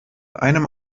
einem